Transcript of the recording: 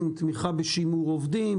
תמיכה בשימור עובדים,